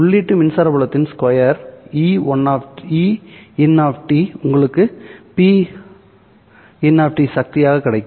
உள்ளீட்டு மின்சார புலத்தின் ஸ்கொயர் Ein உங்களுக்கு சக்தி Pin கிடைக்கும்